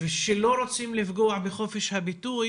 ושלא רוצים לפגוע בחופש הביטוי,